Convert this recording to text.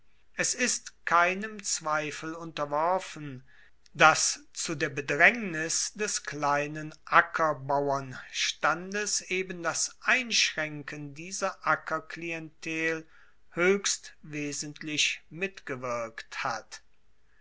es ist keinem zweifel unterworfen dass zu der bedraengnis des kleinen ackerbauernstandes eben das einschraenken dieser ackerklientel hoechst wesentlich mitgewirkt hat